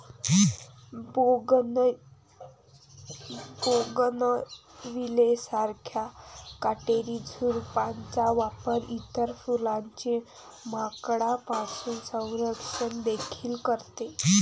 bougainvillea सारख्या काटेरी झुडपांचा वापर इतर फुलांचे माकडांपासून संरक्षण देखील करते